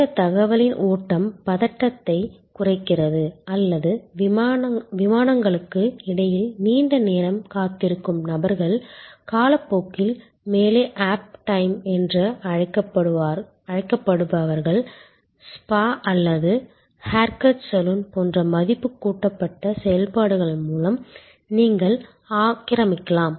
இந்த தகவலின் ஓட்டம் பதட்டத்தை குறைக்கிறது அல்லது விமானங்களுக்கு இடையில் நீண்ட நேரம் காத்திருக்கும் நபர்கள் காலப்போக்கில் லே ஆஃப் டைம் என்று அழைக்கப்படுபவர்கள் ஸ்பா அல்லது ஹேர்கட் சலூன் போன்ற மதிப்பு கூட்டப்பட்ட செயல்பாடுகள் மூலம் நீங்கள் ஆக்கிரமிக்கலாம்